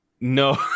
No